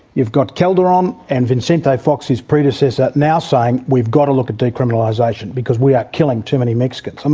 you've got calderon and vicente fox his predecessor now saying, we've got to look at decriminalisation, because we are killing too many mexicans. um